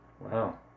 Wow